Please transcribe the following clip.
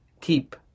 keep